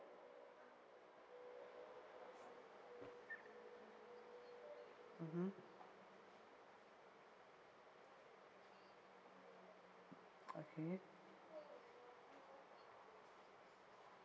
mmhmm mmhmm